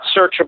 searchable